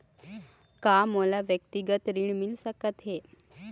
का मोला व्यक्तिगत ऋण मिल सकत हे?